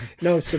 No